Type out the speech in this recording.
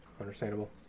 Understandable